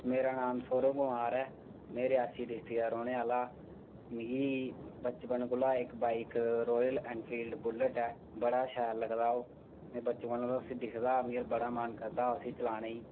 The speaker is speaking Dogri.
मेरा नांऽ सौरभ कुमार ऐ में रियासी डिस्टिक दा रौंह्नें आह्ला आं मिगी बचपन कोला इक बाइक रोयल ऐनफिल्ड बुल्ट ऐ बड़ा गै शैल लगदा ओह् में बचपन कोला उसी दिखदा मेरा बड़ा मन करदा उसी चलाने ईं